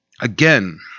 again